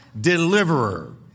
deliverer